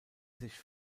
sich